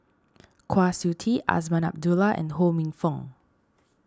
Kwa Siew Tee Azman Abdullah and Ho Minfong